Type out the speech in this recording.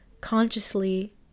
Consciously